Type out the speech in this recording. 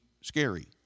scary